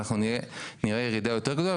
אז אנחנו נראה ירידה יותר גדולה.